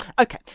okay